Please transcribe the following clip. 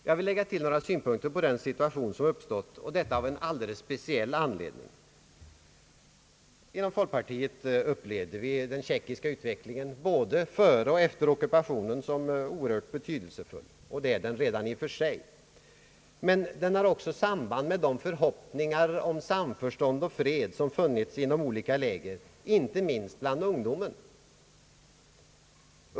Jag vill lägga till några synpunkter på den situation som uppstått, och detta av en alldeles speciell anledning. Inom folkpartiet upplevde vi den tjeckiska utvecklingen både före och efter ockupationen som oerhört betydelsefull, och det är den redan i och för sig. Men den har också samband med de förhoppningar om fred och samförstånd som funnits inom olika läger, inte minst bland ungdomen.